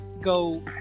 go